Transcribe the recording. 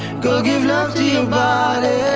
girl give love to your body